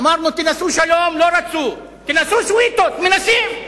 אמרנו, תנסו שלום, לא רצו, תנסו סוויטות, מנסים.